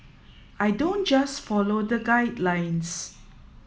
I don't just follow the guidelines